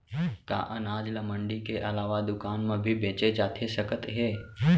का अनाज ल मंडी के अलावा दुकान म भी बेचे जाथे सकत हे?